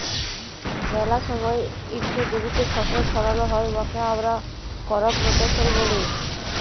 ম্যালা সময় ইকট জমিতে ফসল ফলাল হ্যয় উয়াকে আমরা করপ রটেশল ব্যলি